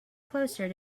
closer